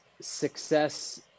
success